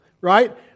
right